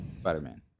Spider-Man